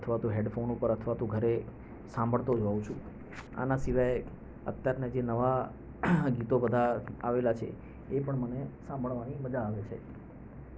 અથવા તો હેડફોન ઉપર અથવા તો ઘરે સાંભળતો જ હોઉં છું આના સિવાય અત્યારના જે નવા ગીતો બધા આવેલા છે એ પણ મને સાંભળવાની મજા આવે છે